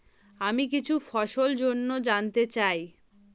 আমি কিছু ফসল জন্য জানতে চাই